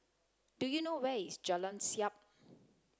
do you know where is Jalan Siap